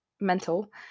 mental